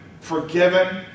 forgiven